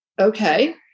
okay